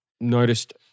noticed